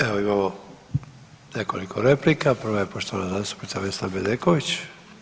Evo imamo nekoliko replika, prva je poštovana zastupnica Vesna Bedeković.